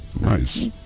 Nice